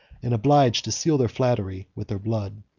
and obliged to seal their flattery with their blood.